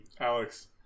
Alex